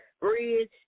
Bridge